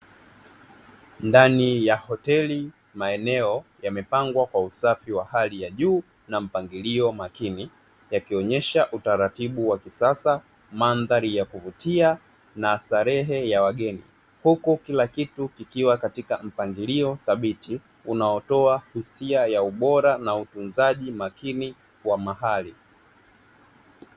Ndani ya hoteli maeneo yamepangwa kwa usafi wa hali ya juu na mpangilio makini yakionyesha utaratibu wa kisasa, mandhari ya kuvutia na starehe ya wageni, huku kila kitu kikiwa katika mpangilio thabiti unaotoa hisia ya ubora na utunzaji makini wa mahali.